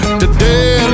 today